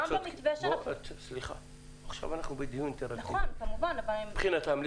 גם במתווה שאנחנו -- מבחינתם,